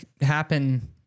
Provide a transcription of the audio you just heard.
happen